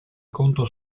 conto